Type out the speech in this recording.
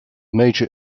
major